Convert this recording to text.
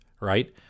right